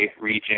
region